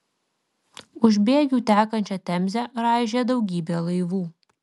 už bėgių tekančią temzę raižė daugybė laivų